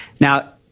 Now